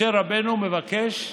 משה רבנו מבקש מנהיגות,